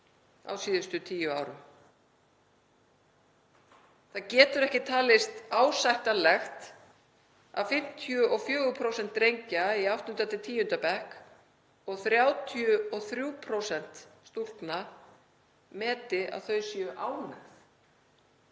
síðustu tíu árum. Það getur ekki talist ásættanlegt að 54% drengja í 8.–10. bekk og 33% stúlkna meti að þau séu ánægð